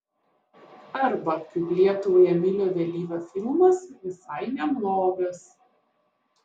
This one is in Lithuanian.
arba kaip lietuvai emilio vėlyvio filmas visai neblogas